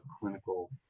clinical